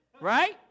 Right